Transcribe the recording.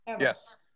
Yes